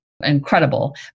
incredible